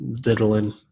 diddling